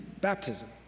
baptism